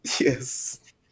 yes